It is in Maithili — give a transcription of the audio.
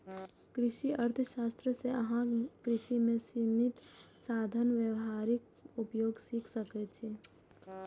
कृषि अर्थशास्त्र सं अहां कृषि मे सीमित साधनक व्यावहारिक उपयोग सीख सकै छी